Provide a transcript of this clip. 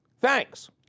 Thanks